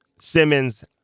Simmons